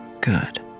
Good